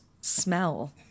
smell